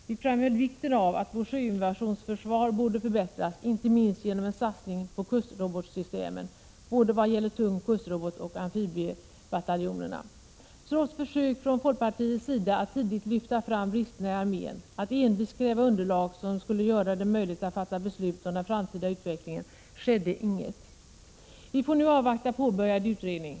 Vi framhöll vikten av att vårt sjöinvasionsförsvar borde förbättras, inte minst genom en satsning på kustrobotsystemen, både vad gäller tung kustrobot och amfibiebataljonerna. Trots försök från folkpartiets sida att tidigt lyfta fram bristerna i armén och att envist kräva underlag som skulle göra det möjligt att fatta beslut om den framtida utvecklingen skedde inget. Vi får nu avvakta påbörjad utredning.